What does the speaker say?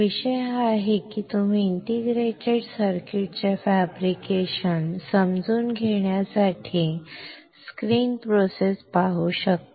विषय हा आहे की तुम्ही इंटिग्रेटेड सर्किट्सचे फॅब्रिकेशन समजून घेण्यासाठी स्क्रीन प्रोसेस पाहू शकता